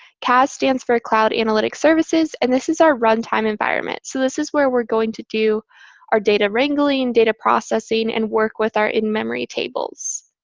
cas stands for cloud analytic services. and this is our runtime environment. so this is where we're going to do our data wrangling, and data processing, and work with our in-memory tables.